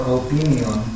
opinion